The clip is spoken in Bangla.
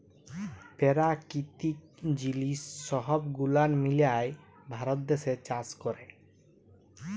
পেরাকিতিক জিলিস সহব গুলান মিলায় ভারত দ্যাশে চাষ ক্যরে